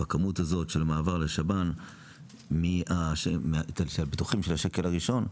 בכמות הזאת של מעבר לשב"ן מהביטוחים של השקל הראשון,